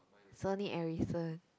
Sony-Ericsson